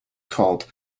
called